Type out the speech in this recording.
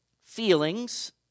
feelings